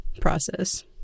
process